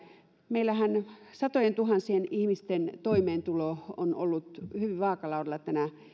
meillähän satojentuhansien ihmisten toimeentulo on ollut hyvin vaakalaudalla tänä